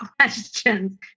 questions